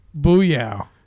Booyah